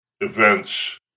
events